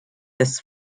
this